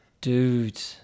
Dude